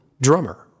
drummer